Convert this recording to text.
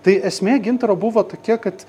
tai esmė gintaro buvo tokia kad